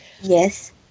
Yes